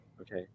Okay